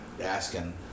asking